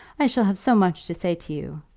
i shall have so much to say to you!